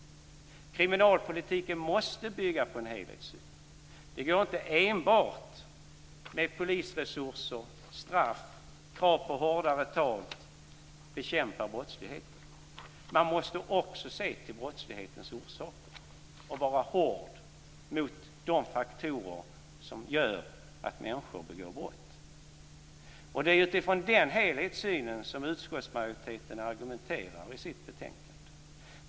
Kriminalpolitiken måste bygga på en helhetssyn. Det går inte att enbart med polisresurser, straff och krav på hårdare tag bekämpa brottsligheten. Man måste också se till brottslighetens orsaker och vara hård mot de faktorer som gör att människor begår brott. Det är utifrån den helhetssynen som utskottsmajoriteten argumenterar i sitt betänkande.